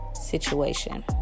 situation